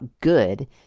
good